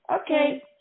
Okay